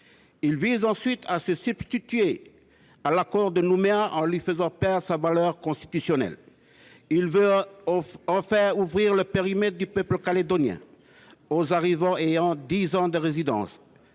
Il tend ensuite à se substituer à l’accord de Nouméa, en lui faisant perdre sa valeur constitutionnelle. Il vise enfin à étendre le périmètre du peuple calédonien aux arrivants ayant dix ans de résidence.